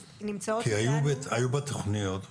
כי היו תוכניות בזמנו,